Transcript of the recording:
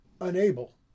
Unable